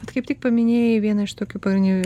vat kaip tik paminėjai vieną iš tokių pagrindinių